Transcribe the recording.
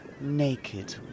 naked